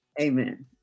Amen